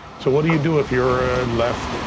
so what do you do if you're a left,